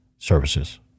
services